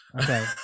Okay